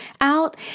out